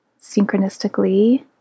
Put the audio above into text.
synchronistically